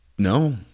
no